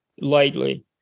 lightly